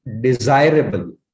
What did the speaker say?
desirable